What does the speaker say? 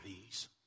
please